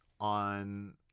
on